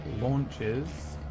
launches